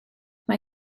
mae